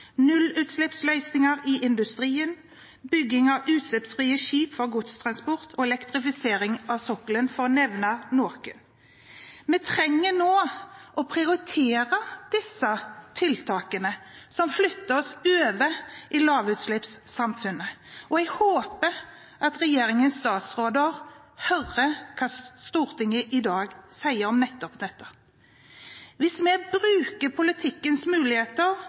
i industrien, bygging av utslippsfrie skip for godstransport og elektrifisering av sokkelen. Vi trenger nå å prioritere de tiltakene som flytter oss over til lavutslippssamfunnet. Jeg håper at regjeringens statsråder hører hva Stortinget i dag sier om nettopp dette. Hvis vi bruker politikkens muligheter